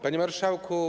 Panie Marszałku!